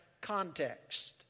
context